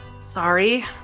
sorry